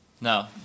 No